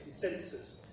consensus